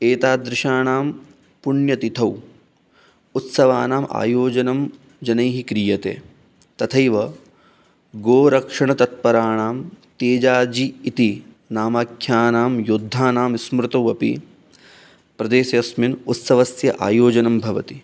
एतादृशानां पुण्यतिथौ उत्सवानाम् आयोजनं जनैः क्रियते तथैव गोरक्षणतत्पराणां तेजाजि इति नामाख्यानां योद्धानां स्मृतौ अपि प्रदेशेस्मिन् उत्सवस्य आयोजनं भवति